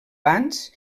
bans